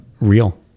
Real